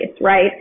right